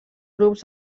grup